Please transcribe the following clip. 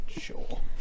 sure